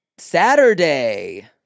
Saturday